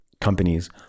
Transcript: companies